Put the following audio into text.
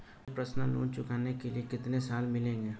मुझे personal loan चुकाने के लिए कितने साल मिलेंगे?